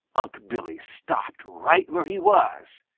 unc' billy stopped right where he was.